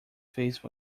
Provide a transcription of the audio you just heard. face